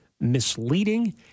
misleading